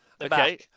Okay